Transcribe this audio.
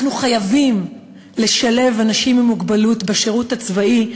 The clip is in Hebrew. אנחנו חייבים לשלב אנשים עם מוגבלות בשירות הצבאי,